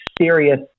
serious